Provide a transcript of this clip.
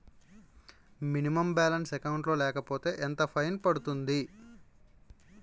Minimum balance account లో లేకపోతే ఎంత ఫైన్ పడుతుంది?